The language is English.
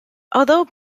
although